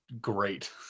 great